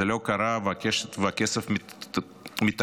זה לא קרה, והכסף מתעכב.